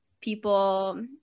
people